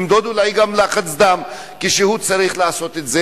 למדוד אולי גם לחץ דם כשהוא צריך לעשות את זה,